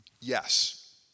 yes